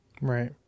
Right